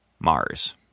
mars